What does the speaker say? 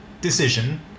decision